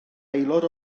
aelod